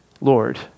Lord